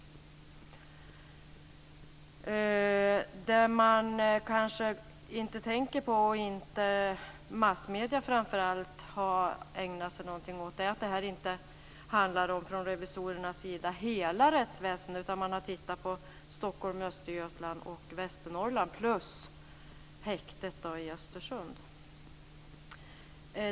Något man kanske inte tänker på, och något som framför allt massmedierna inte har ägnat sig åt, är att det från revisorernas sida inte handlar om hela rättsväsendet. Man tittar bara på Stockholm, Östergötland och Västernorrland samt häktet i Östersund.